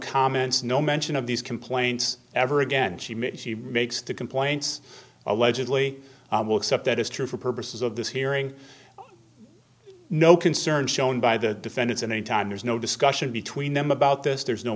comments no mention of these complaints ever again she makes the complaints allegedly except that is true for purposes of this hearing no concern shown by the defendants and any time there's no discussion between them about this there's no